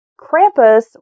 Krampus